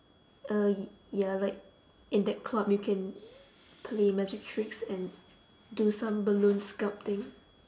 uh y~ ya like in that club you can play magic tricks and do some balloon sculpting